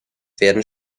werden